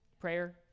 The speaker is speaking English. Prayer